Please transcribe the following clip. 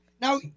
Now